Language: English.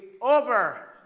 over